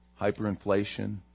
hyperinflation